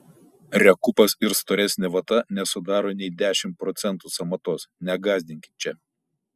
rekupas ir storesnė vata nesudaro nei dešimt procentų sąmatos negąsdinkit čia